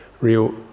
real